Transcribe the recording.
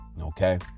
okay